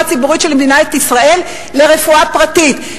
הציבורית של מדינת ישראל לרפואה פרטית.